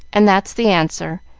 and that's the answer,